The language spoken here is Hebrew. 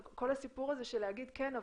כל הסיפור הזה של להגיד כן,